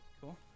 cool